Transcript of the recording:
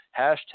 hashtag